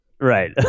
Right